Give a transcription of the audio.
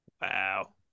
Wow